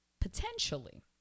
potentially